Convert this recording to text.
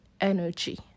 energy